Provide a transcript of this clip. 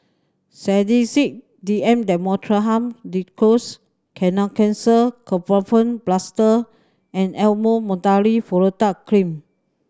Sedilix D M Dextromethorphan Linctus Kenhancer Ketoprofen Plaster and Elomet Mometasone Furoate Cream